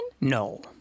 No